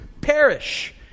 perish